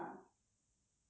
the brake and